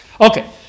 Okay